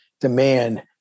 demand